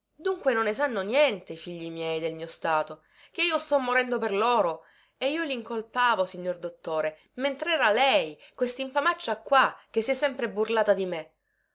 dunque non ne sanno niente i figli miei del mio stato che io sto morendo per loro e io li incolpavo signor dottore mentrera lei questinfamaccia qua che si è sempre burlata di me